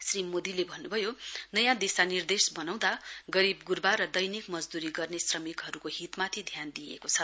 श्री मोदीले भन्नभयो नयाँ दिशा निर्देश वनाउँदा गरीबग्र्वा र दैनिक मजद्ररी गर्ने श्रमिकहरुको हितमाथि ध्यान दिइएको छ